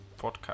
podcast